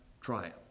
triumph